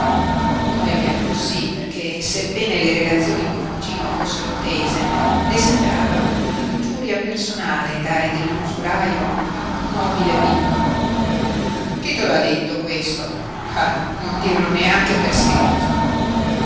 a usura noemi arrossí perché sebbene le relazioni col cugino fossero tese le sembrava un'ingiuria personale dare dell'usuraio a un nobile pintor chi te lo ha detto questo ah non dirlo neanche per scherzo